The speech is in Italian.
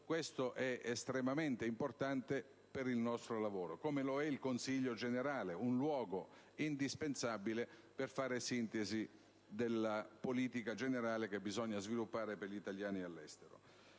Questo è estremamente importante per il nostro lavoro, come lo è il Consiglio generale, un luogo indispensabile per fare sintesi della politica generale che bisogna sviluppare per gli italiani all'estero.